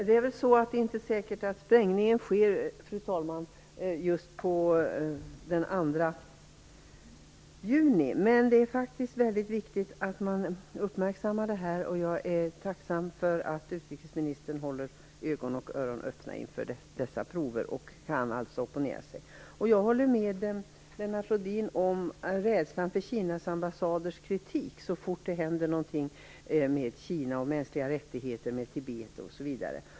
Fru talman! Det är inte säkert att sprängningen sker just den 2 juni. Men det är väldigt viktigt att detta uppmärksammas. Jag är tacksam för att utrikesministern håller ögon och öron öppna inför dessa prover och opponerar sig. Jag delar Lennart Rohdins rädsla för Kinas ambassaders kritik så fort det händer något med Kina, mänskliga rättigheter i Tibet osv.